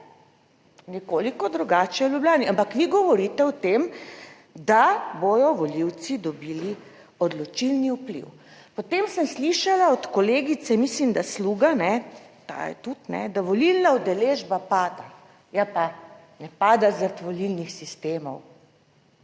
nekoliko drugače v Ljubljani, ampak vi govorite o tem, da bodo volivci dobili odločilni vpliv. Potem sem slišala od kolegice, mislim da Sluga, ta je tudi, da volilna udeležba pada. Ja, pa ne pada, zaradi volilnih sistemov.